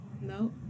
No